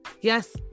Yes